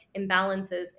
imbalances